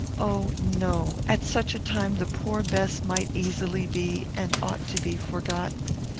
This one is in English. oh no! at such a time the poor bess might easily be, and ought to be, forgotten.